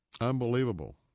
Unbelievable